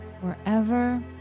wherever